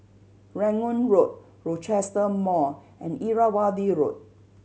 Rangoon Road Rochester Mall and Irrawaddy Road